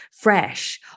fresh